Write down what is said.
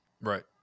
Right